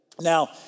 Now